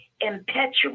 impetuous